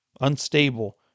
unstable